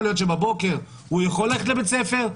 להיות שבבוקר הוא יכול ללכת לבית ספר,